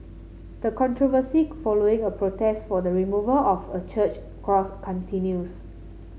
the controversy following a protest for the removal of a church cross continues